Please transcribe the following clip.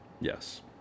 yes